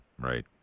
Right